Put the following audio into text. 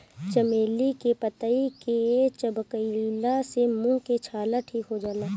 चमेली के पतइ के चबइला से मुंह के छाला ठीक हो जाला